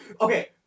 Okay